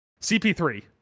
CP3